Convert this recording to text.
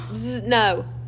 No